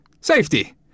Safety